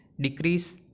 decrease